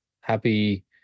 Happy